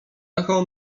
echo